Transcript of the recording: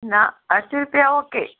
ना आटशीं रुपया ओके